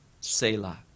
selah